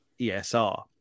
ESR